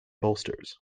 bolsters